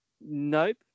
Nope